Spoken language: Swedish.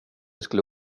skulle